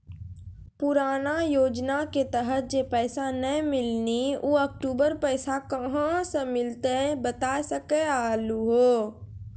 पुराना योजना के तहत जे पैसा नै मिलनी ऊ अक्टूबर पैसा कहां से मिलते बता सके आलू हो?